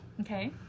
Okay